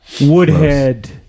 Woodhead